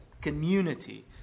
Community